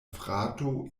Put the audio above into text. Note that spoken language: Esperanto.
frato